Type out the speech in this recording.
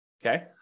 Okay